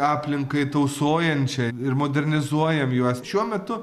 aplinkai tausojančiai ir modernizuojam juos šiuo metu